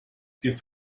give